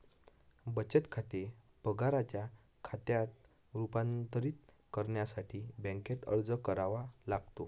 बचत खाते पगाराच्या खात्यात रूपांतरित करण्यासाठी बँकेत अर्ज करावा लागतो